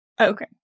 Okay